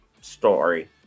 story